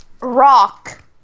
Rock